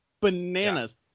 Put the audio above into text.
bananas